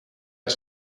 est